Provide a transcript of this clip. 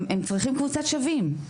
הם צריכים קבוצת שווים.